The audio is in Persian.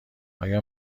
آیا